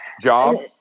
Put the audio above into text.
job